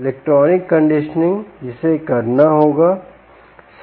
electronic conditioning जिसे करना होगा